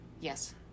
Yes